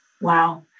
Wow